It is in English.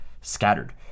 scattered